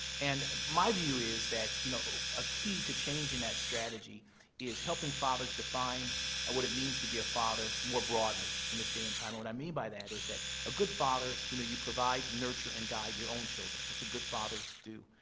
and my view is that, you know, a key to changing that strategy is helping fathers define what it means to be a father more broadly in this day and time. and what i mean by that is that a good father, you know, you provide, nurture, and guide your own children. that's what good fathers do.